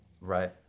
Right